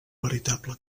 veritable